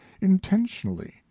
intentionally